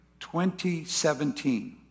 2017